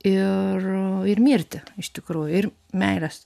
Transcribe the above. ir ir mirtį iš tikrųjų ir meilės